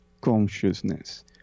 consciousness